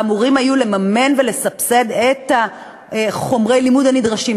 היו אמורים לממן ולסבסד את חומרי הלימוד הנדרשים,